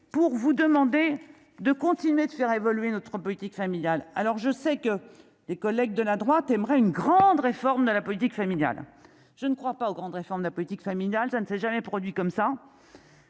pour vous demander de continuer de faire évoluer notre politique familiale alors je sais que les collègues de la droite aimerait une grande réforme de la politique familiale, je ne crois pas aux grandes réformes de la politique familiale, ça ne s'est jamais produit comme ça.